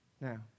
Now